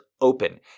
open